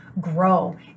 grow